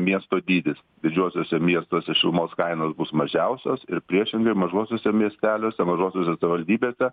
miesto dydis didžiuosiuose miestuose šilumos kainos bus mažiausios ir priešingai mažuosiuose miesteliuose mažosiose savivaldybėse